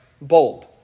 bold